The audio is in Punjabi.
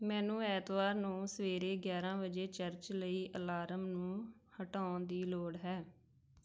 ਮੈਨੂੰ ਐਤਵਾਰ ਨੂੰ ਸਵੇਰੇ ਗਿਆਰਾਂ ਵਜੇ ਚਰਚ ਲਈ ਅਲਾਰਮ ਨੂੰ ਹਟਾਉਣ ਦੀ ਲੋੜ ਹੈ